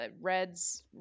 Red's